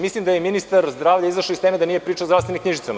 Mislim da je ministar zdravlja izašao iz teme, da nije pričao o zdravstvenim knjižicama.